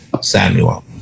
Samuel